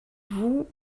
vous